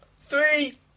Three